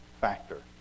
factor